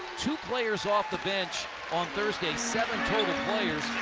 two players off the bench on thursday, seven total players,